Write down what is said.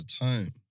time